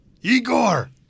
Igor